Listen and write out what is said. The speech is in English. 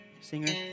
singer